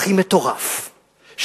הכי מטורף,